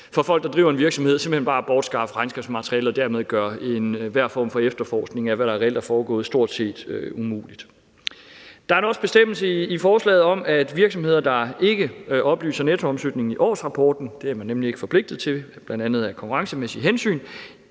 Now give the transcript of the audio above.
for folk, der driver en virksomhed, simpelt hen bare at bortskaffe regnskabsmaterialet og dermed gøre enhver form for efterforskning af, hvad der reelt er foregået, stort set umulig. Der er også en bestemmelse i forslaget om, at virksomheder, der ikke oplyser nettoomsætningen i årsrapporten – det er man nemlig ikke forpligtet til, bl.a. af konkurrencemæssige hensyn